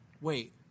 Wait